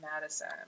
Madison